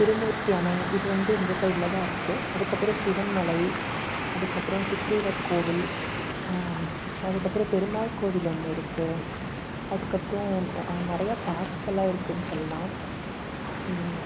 திருமூர்த்தி அணை இது வந்து இந்த சைடில்தான் இருக்குது அதுக்கப்புறம் சிவன்மலை அதுக்கப்புறம் சுக்கிரீவர் கோவில் அதுக்கப்புறம் பெருமாள் கோவில் ஒன்று இருக்குது அதுக்கப்புறம் நிறையா பார்க்ஸ் எல்லாம் இருக்குதுனு சொல்லலாம்